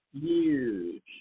huge